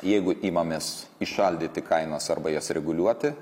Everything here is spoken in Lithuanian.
jeigu imamės įšaldyti kainas arba jas reguliuoti